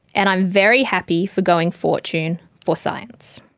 and i'm very happy forgoing fortune for science.